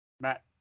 Matt